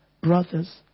brothers